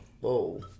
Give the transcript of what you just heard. Whoa